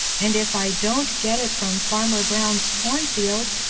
and if i don't get it from farmer brown's cornfield,